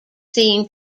seen